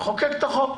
נחוקק את החוק.